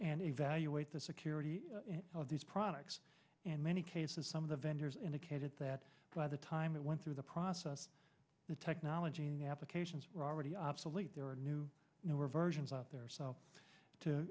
and evaluate the security of these products and many cases some of the vendors indicated that by the time it went through the process the technology and applications were already obsolete there are new newer versions out there so to